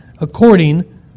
according